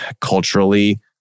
culturally